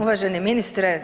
Uvaženi ministre.